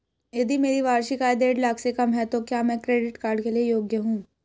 यदि मेरी वार्षिक आय देढ़ लाख से कम है तो क्या मैं क्रेडिट कार्ड के लिए योग्य हूँ?